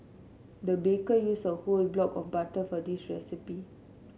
the baker used a whole block of butter for this recipe